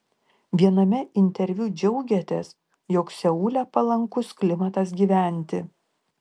viename interviu džiaugėtės jog seule palankus klimatas gyventi